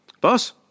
Boss